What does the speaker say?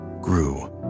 grew